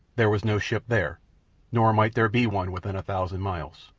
there was no ship there nor might there be one within a thousand miles.